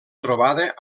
trobada